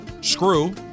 screw